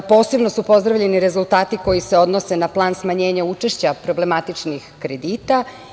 Posebno su pozdravljeni rezultati koji se odnose na plan smanjenja učešća problematičnih kredita.